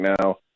now